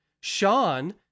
Sean